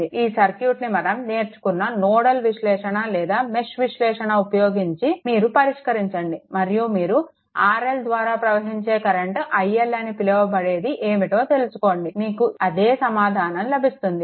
ఇప్పుడు ఈ సర్క్యూట్ను మనం నేర్చుకున్న నోడల్ విశ్లేషణ లేదా మెష్ విశ్లేషణ ఉపయోగించి మీరు పరిష్కరించండి మరియు మీరు RL ద్వారా ప్రవహించే కరెంట్ iL అని పిలవబడేది ఏమిటో తెలుసుకోండి మీకు అదే సమాధానం లభిస్తుంది